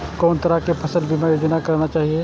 कोन तरह के फसल बीमा योजना कराना चाही?